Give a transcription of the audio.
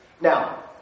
Now